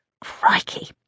Crikey